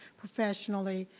professionally,